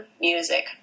music